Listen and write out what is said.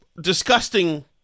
disgusting